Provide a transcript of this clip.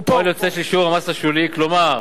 פועל יוצא של שיעור המס השולי, כלומר